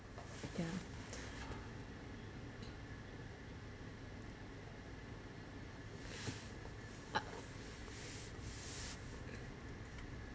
uh